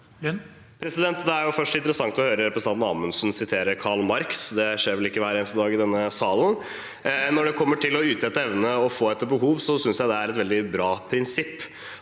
Det er for det første interessant å høre representanten Amundsen sitere Karl Marx. Det skjer vel ikke hver eneste dag i denne salen. Når det kommer til å yte etter evne og få etter behov, synes jeg det er et veldig bra prinsipp.